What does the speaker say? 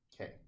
Okay